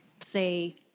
say